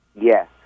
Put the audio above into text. Yes